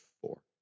Four